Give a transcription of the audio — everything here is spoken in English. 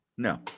No